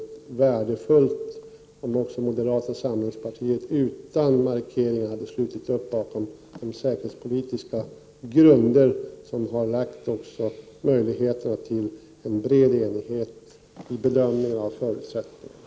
Det hade varit värdefullt om också moderata samlingspartiet utan markeringar hade slutit upp bakom de säkerhetspolitiska grunder som har möjliggjort en bred enighet vid bedömningen av förutsättningarna.